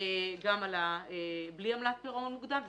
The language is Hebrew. גם על בלי עמלת פירעון מוקדם.